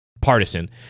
partisan